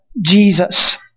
Jesus